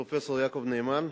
פרופסור יעקב נאמן,